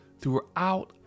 throughout